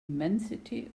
immensity